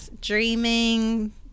dreaming